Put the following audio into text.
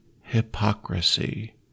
hypocrisy